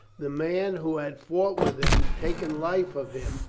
the man who had fought with him, taken life of him,